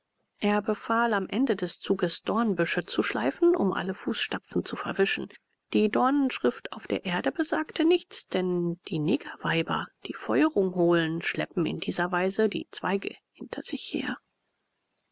er befahl am ende des zuges dornbüsche zu schleifen um alle fußstapfen zu verwischen die dornenschrift auf der erde besagte nichts denn die negerweiber die feuerung holen schleppen in dieser weise die zweige hinter sich her